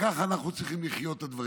כך אנחנו צריכים לחיות את הדברים.